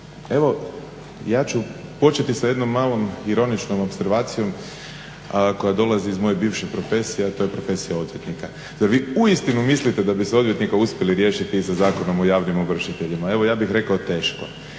evo ja ću početi sa jednom malom ironičnom opservacijom koja dolazi iz moje bivše profesije, a to je profesija odvjetnika. Zar vi uistinu mislite da bi se odvjetnika uspjeli riješiti sa Zakonom o javnim ovršiteljima? Evo ja bih rekao teško.